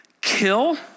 kill